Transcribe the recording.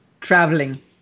Traveling